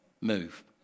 move